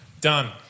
Done